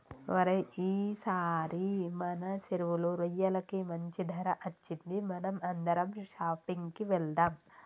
ఓరై ఈసారి మన సెరువులో రొయ్యలకి మంచి ధర అచ్చింది మనం అందరం షాపింగ్ కి వెళ్దాం